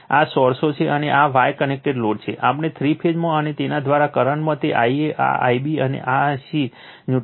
આ સોર્સ છે અને આ Y કનેક્ટેડ લોડ છે કારણ કે થ્રી ફેઝમાં અને તેના દ્વારા કરંટમાં તે Ia આ Ib અને Ic ન્યુટ્રલ છે